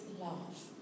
love